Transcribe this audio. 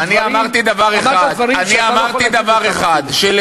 אמרת דברים שאתה לא יכול להגיד אותם אפילו.